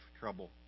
trouble